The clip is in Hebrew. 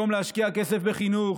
במקום להשקיע כסף בחינוך,